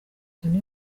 tony